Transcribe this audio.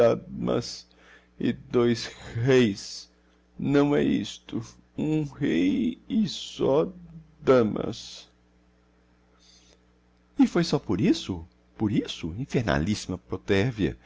mas e dois r reis não é isto um r r rei e só da damas e foi só por isso por isso